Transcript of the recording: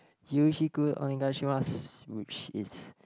yoroshiku onegaishimasu which is